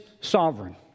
sovereign